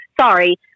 sorry